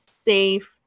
safe